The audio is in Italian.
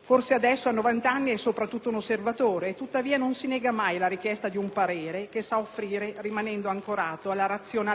Forse adesso, a novant'anni, è soprattutto un osservatore e tuttavia non si nega mai alla richiesta di un parere che sa offrire, rimanendo ancorato alla razionalità dei fatti.